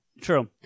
true